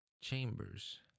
Chambers